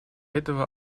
этого